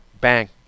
bang